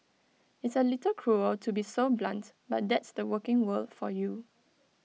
it's A little cruel to be so blunt but that's the working world for you